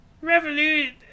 Revolution